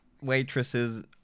waitresses